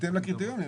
בהתאם לקריטריונים,